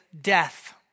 death